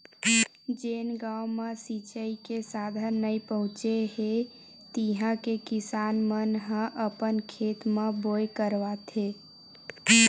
जेन गाँव म सिचई के साधन नइ पहुचे हे तिहा के किसान मन ह अपन खेत म बोर करवाथे